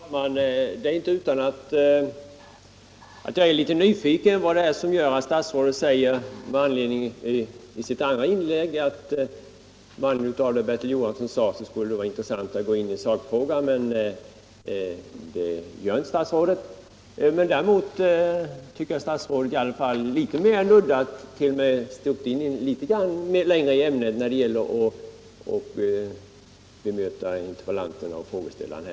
Herr talman! Det är inte utan att jag är litet nyfiken på vad fru statsrådet menade, när hon i sitt andra inlägg sade att det skulle vara intressant att gå in i sakfrågan, något som hon sedan inte gjorde. Men jag tyckte att hon ändå gick något djupare in i ämnet, när hon bemötte interpellanten och frågeställarna.